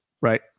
right